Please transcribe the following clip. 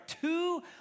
two